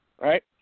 right